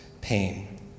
pain